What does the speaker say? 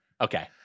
Okay